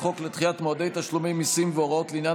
חוק לדחיית מועדי תשלומי מיסים והוראות לעניין